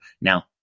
Now